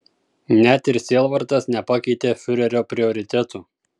net ir sielvartas nepakeitė fiurerio prioritetų